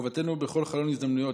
חובתנו בכל חלון הזדמנויות,